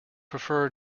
prefer